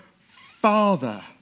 Father